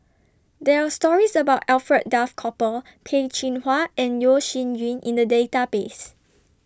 There Are stories about Alfred Duff Cooper Peh Chin Hua and Yeo Shih Yun in The Database